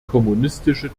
kommunistische